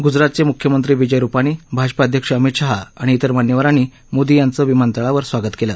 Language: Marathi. गुजरातचे मुख्यमंत्री विजय रुपानी भाजपा अध्यक्ष अमित शहा आणि तिर मान्यवरांनी मोदी यांचं विमानतळावर स्वागत केल